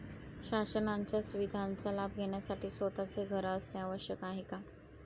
शासनाच्या सुविधांचा लाभ घेण्यासाठी स्वतःचे घर असणे आवश्यक आहे का?